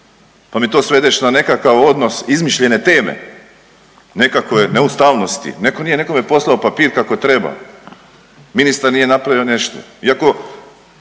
pa mi to svedeš na nekakav odnos izmišljene teme, nekakve neustavnosti. Netko nije nekome poslao papir kako treba, ministar nije napravio nešto